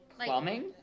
Plumbing